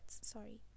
Sorry